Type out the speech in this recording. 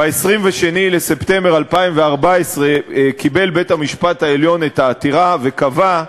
ב-22 בספטמבר 2014 קיבל בית-המשפט העליון את העתירה וקבע,